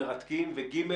מרתקים ושלישית,